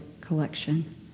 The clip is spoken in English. Collection